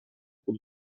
pour